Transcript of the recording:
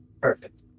Perfect